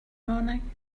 morning